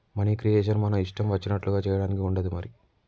money creation మన ఇష్టం వచ్చినట్లుగా చేయడానికి ఉండదు మరి